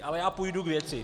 Ale já půjdu k věci.